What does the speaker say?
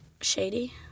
Shady